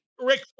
rick